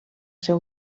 ser